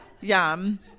Yum